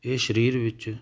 ਇਹ ਸਰੀਰ ਵਿੱਚ